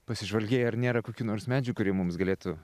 pasižvalgei ar nėra kokių nors medžių kurie mums galėtų